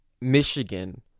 Michigan